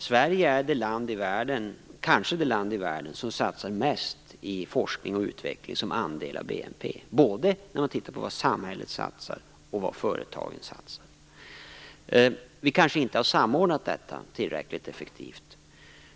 Sverige är kanske det land i världen som satsar mest på forskning och utveckling som andel av BNP - sett både till vad samhället satsar och till vad företagen satsar. Vi kanske inte har samordnat detta tillräckligt effektivt.